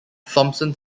thompson